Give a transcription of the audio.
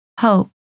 hope